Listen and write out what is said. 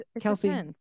Kelsey